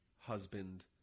husband